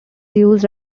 used